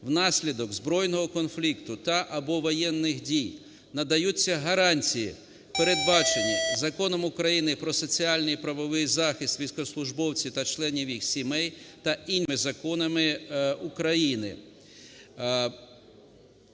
внаслідок збройного конфлікту та/або воєнних дій, надаються гарантії, передбачені Законом України "Про соціальний і правовий захист військовослужбовців та членів їх сімей" та іншими законами України".